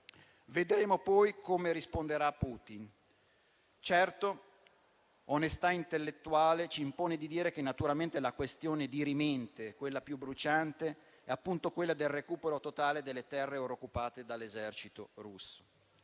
vedremo poi come risponderà Putin. Certo, onestà intellettuale ci impone di dire che naturalmente la questione dirimente, quella più bruciante, è appunto il recupero totale delle terre ora occupate dall'esercito russo.